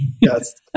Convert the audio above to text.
Yes